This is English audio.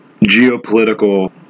geopolitical